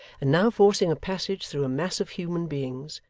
and now forcing a passage through a mass of human beings,